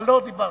אה, לא דיברת,